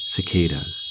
cicadas